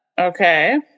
Okay